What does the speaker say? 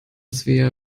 svea